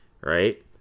Right